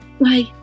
bye